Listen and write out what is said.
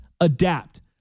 Adapt